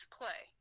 play